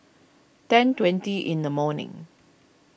ten twenty in the morning